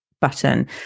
button